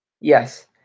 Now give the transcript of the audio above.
yes